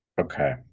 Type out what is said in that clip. Okay